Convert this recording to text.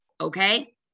okay